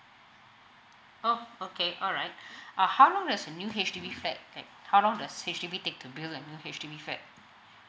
oh okay alright uh how long does a new H_D_B flat get how long does H_D_B take to build a new H_D_B flat